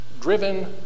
driven